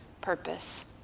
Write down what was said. purpose